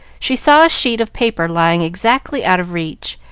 she saw a sheet of paper lying exactly out of reach,